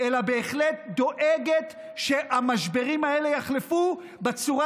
אלא בהחלט דואגת שהמשברים האלה יחלפו בצורה